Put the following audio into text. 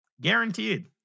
Guaranteed